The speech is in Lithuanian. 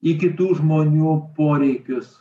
į kitų žmonių poreikius